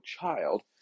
child